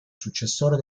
successore